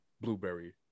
blueberry